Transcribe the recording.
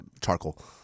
charcoal